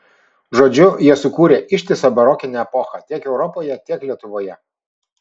žodžiu jie sukūrė ištisą barokinę epochą tiek europoje tiek lietuvoje